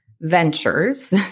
ventures